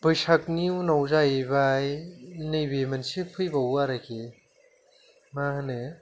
बैसागनि उनाव जाहैबाय नैबे मोनसे फैबावो आरोखि मा होनो